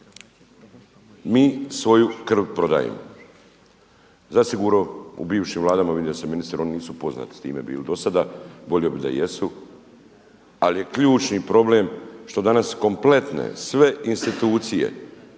Mi svoju krv prodajemo. Zasigurno u bivšim vladama vidio sam ministar … poznati s time bili do sada, volio bih da jesu, ali je ključni problem što danas kompletne sve institucije